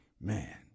Man